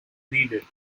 needed